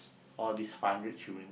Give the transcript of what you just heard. all these five hundred children